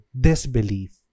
disbelief